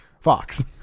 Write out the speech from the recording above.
Fox